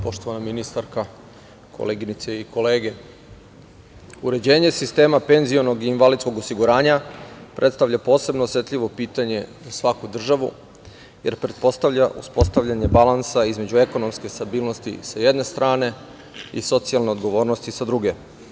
Poštovana ministarka, koleginice i kolege, uređenje sistema penzionog i invalidskog osiguranja predstavlja posebno osetljivo pitanje za svaku državu, jer pretpostavlja uspostavljanje balansa između ekonomske stabilnosti sa jedne strane i socijalne odgovornosti sa druge.